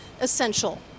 essential